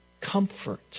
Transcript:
comfort